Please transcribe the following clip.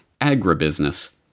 agribusiness